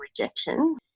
rejection